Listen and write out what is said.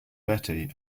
betty